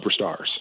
superstars